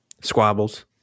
squabbles